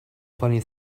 funny